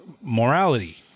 morality